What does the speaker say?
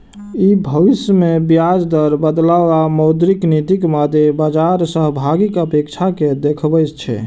ई भविष्य मे ब्याज दर बदलाव आ मौद्रिक नीतिक मादे बाजार सहभागीक अपेक्षा कें देखबै छै